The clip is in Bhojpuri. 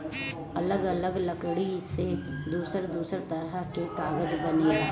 अलग अलग लकड़ी से दूसर दूसर तरह के कागज बनेला